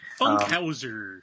Funkhauser